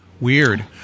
Weird